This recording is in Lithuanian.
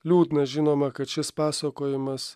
liūdna žinoma kad šis pasakojimas